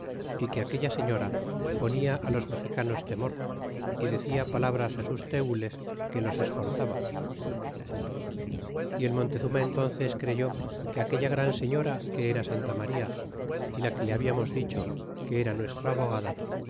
y que aquella señora ponia á los mexicanos temor y decia palabras a sus tenles que los esforzaba y el montezuma entúnces creyó que aquella gran señora que era santa maría y la que le habíamos dicho que era nuestra abogada